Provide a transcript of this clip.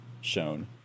shown